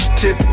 tip